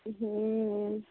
हूँ